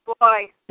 Boy